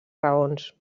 raons